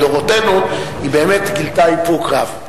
בדורותינו היא באמת גילתה איפוק רב.